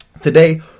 Today